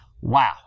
Wow